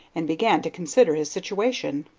and began to consider his situation.